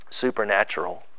Supernatural